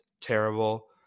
terrible